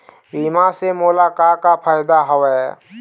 बीमा से मोला का का फायदा हवए?